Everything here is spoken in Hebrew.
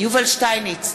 יובל שטייניץ,